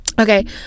okay